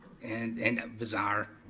and and bizarre.